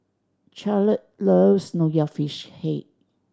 Charlotte loves Nonya Fish Head